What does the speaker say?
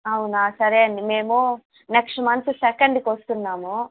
అవునా సరే అండీ మేము నెక్స్ట్ మంత్ సెకండ్కి వస్తున్నాము